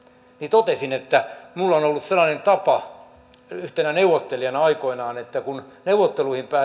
totesin että minulla on on ollut sellainen tapa yhtenä neuvottelijana aikoinaan että kun neuvotteluihin